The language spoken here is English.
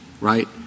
right